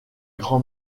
grand